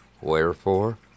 Wherefore